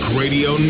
radio